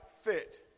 fit